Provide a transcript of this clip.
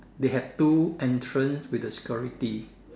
they have two entrance with the security